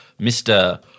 Mr